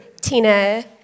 Tina